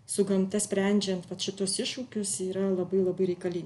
su gamta sprendžiant vat šituos iššūkius yra labai labai reikalingi